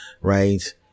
right